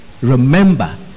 remember